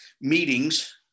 meetings